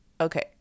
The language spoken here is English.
Okay